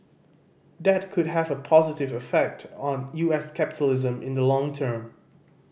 that could have a positive effect on U S capitalism in the long term